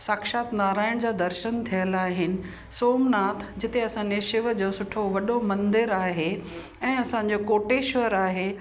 साक्षात नारायण जा दर्शन थेअल आहिनि सोमनाथ जिते असां ने शिव जो सुठो वॾो मंदिर आहे ऐं असांजो कोटेश्वर आहे